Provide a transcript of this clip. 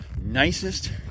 nicest